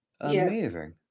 amazing